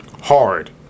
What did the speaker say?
hard